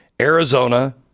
Arizona